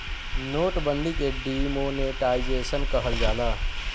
note बंदी के demonetisation कहल जाला